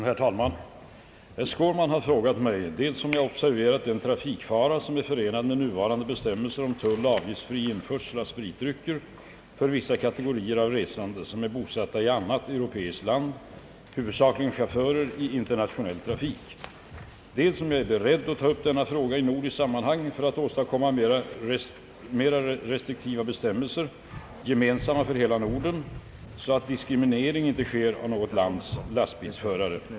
Herr talman! Herr Skårman har frågat mig dels om jag observerat den trafikfara, som är förenad med nuvarande bestämmelser om tulloch avgiftsfri införsel av spritdrycker för vissa kategorier av resande, som är bosatta i annat europeiskt land — huvudsakligen chaufförer i internationell trafik, dels om jag är beredd att ta upp denna fråga i nordiskt sammanhang för att åstadkomma mer restriktiva bestämmelser gemensamma för hela Norden, så att diskriminering inte sker av något lands lastbilsförare.